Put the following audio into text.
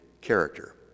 character